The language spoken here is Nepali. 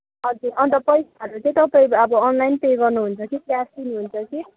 हजुर अनि त पैसाहरू चाहिँ तपाईँ अब अनलाइन पे गर्नुहुन्छ कि क्यास दिनुहुन्छ कि